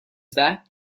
that